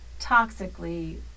toxically